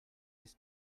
his